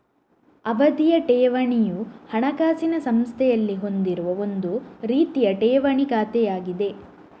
ಅವಧಿಯ ಠೇವಣಿಯು ಹಣಕಾಸಿನ ಸಂಸ್ಥೆಯಲ್ಲಿ ಹೊಂದಿರುವ ಒಂದು ರೀತಿಯ ಠೇವಣಿ ಖಾತೆಯಾಗಿದೆ